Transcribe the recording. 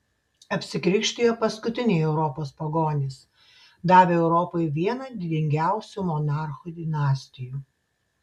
apsikrikštijo paskutiniai europos pagonys davę europai vieną didingiausių monarchų dinastijų